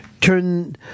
turn